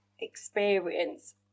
experience